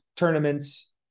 tournaments